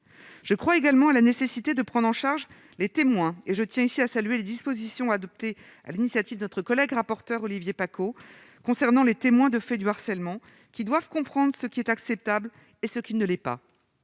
je crois également à la nécessité de prendre en charge les témoins et je tiens ici à saluer les dispositions adoptées à l'initiative de notre collègue rapporteur Olivier Paccaud concernant les témoins de faits du harcèlement qui doivent comprendre ce qui est acceptable et ce qui ne l'est pas,